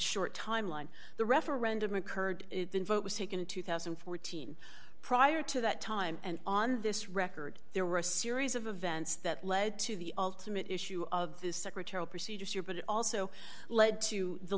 short timeline the referendum occurred then vote was taken in two thousand and fourteen prior to that time and on this record there were a series of events that led to the ultimate issue of this secretary procedure but it also led to the